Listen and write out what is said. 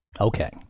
Okay